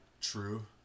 true